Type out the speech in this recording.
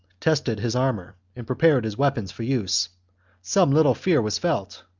tested his armour, and prepared his weapons for use some little fear was felt,